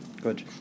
good